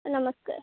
ନମସ୍କାର